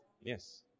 Yes